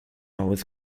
was